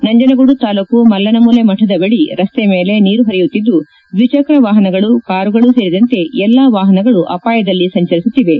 ನಂಜನಗೂಡು ತಾಲೂಕು ಮಲ್ಲನ ಮೂಲೆ ಮಠದ ಬಳಿ ರಸ್ತೆ ಮೇಲೆ ನೀರು ಪರಿಯುತ್ತಿದ್ದು ದ್ವಿಚಕ್ರ ವಾಪನಗಳು ಕಾರುಗಳು ಸೇರಿದಂತೆ ಎಲ್ಲಾ ವಾಪನಗಳು ಅಪಾಯದಲ್ಲಿ ಸಂಚರಿಸುತ್ತಿವೆ